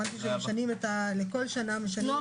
משהו שלכל שנה משנים את --- לא,